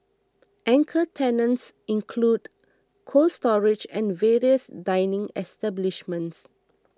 anchor tenants include Cold Storage and various dining establishments